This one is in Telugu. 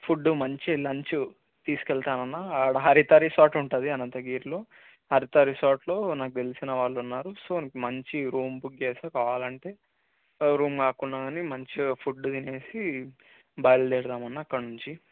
ఫుడ్డు మంచిగా లంచ్ తీసుకు వెళ్తాను అన్న ఆడ హరిత రిసార్ట్ ఉంటుంది అనంతగిరిలో హరిత రిసార్ట్లో నాకు తెలిసిన వాళ్ళు ఉన్నారు సో మంచి రూమ్ బుక్ చేస్తాను కావాలంటే రూమ్ కాకుండా కానీ మంచిగా ఫుడ్ తిని బయలుదేరదాం అన్న అక్కడి నుంచి